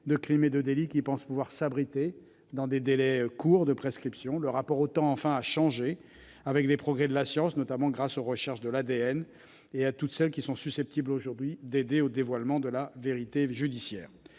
de délits et de crimes, qui pensent pouvoir s'abriter derrière des délais courts de prescription. Le rapport au temps a enfin changé avec les progrès de la science, notamment grâce aux recherches de l'ADN et à toutes celles qui sont susceptibles aujourd'hui d'aider au dévoilement de la vérité judiciaire.